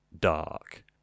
dark